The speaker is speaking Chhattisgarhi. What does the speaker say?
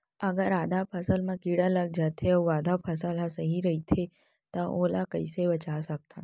अगर आधा फसल म कीड़ा लग जाथे अऊ आधा फसल ह सही रइथे त ओला कइसे बचा सकथन?